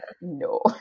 no